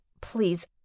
please